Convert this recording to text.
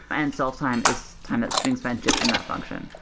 and self-time is time that's being spent just in that function.